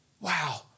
Wow